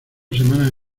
semanas